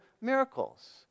miracles